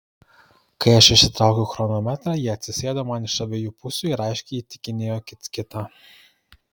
kai aš išsitraukiau chronometrą jie atsisėdo man iš abiejų pusių ir aiškiai įtikinėjo kits kitą